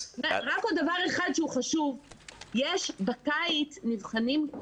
יש בקיץ מבחנים,